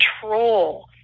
control